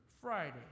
Friday